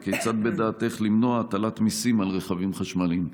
2. כיצד בדעתך למנוע הטלת מיסים על רכבים חשמליים?